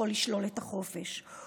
יכול לשלול את החופש,